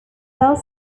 thus